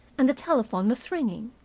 and the telephone was ringing.